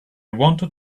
wanted